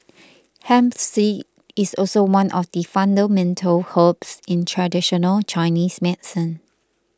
hemp seed is also one of the fundamental herbs in traditional Chinese medicine